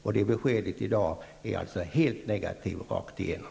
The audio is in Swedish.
Och beskedet i dag är alltså helt negativt rakt igenom.